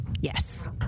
Yes